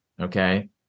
Okay